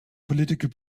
political